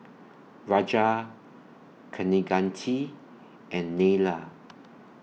Raja Kaneganti and Neila